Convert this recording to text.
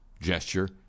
gesture